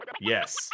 yes